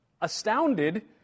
astounded